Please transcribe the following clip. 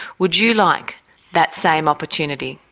would you like that same opportunity?